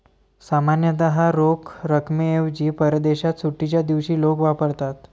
सामान्यतः रोख रकमेऐवजी परदेशात सुट्टीच्या दिवशी लोक वापरतात